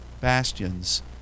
bastions